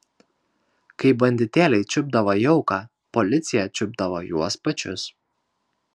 kai banditėliai čiupdavo jauką policija čiupdavo juos pačius